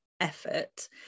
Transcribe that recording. effort